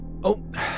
Oh